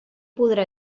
podrà